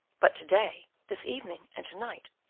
but to-day, this evening, and to-night,